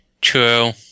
True